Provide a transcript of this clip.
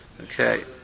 Okay